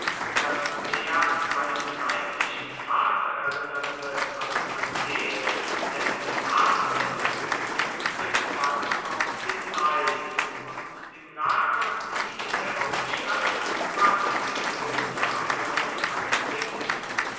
das mehr an seinen leiblichen vater erinnerte als an den dessen namen er trug bezwang auch den neid und im lager wie in der hauptstadt war scipios name auf allen lippen